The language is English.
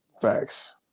Facts